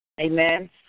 Amen